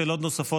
שאלות נוספות,